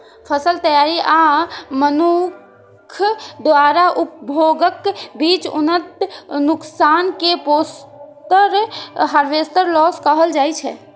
फसल तैयारी आ मनुक्ख द्वारा उपभोगक बीच अन्न नुकसान कें पोस्ट हार्वेस्ट लॉस कहल जाइ छै